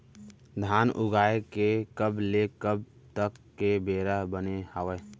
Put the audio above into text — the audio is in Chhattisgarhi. धान उगाए के कब ले कब तक के बेरा बने हावय?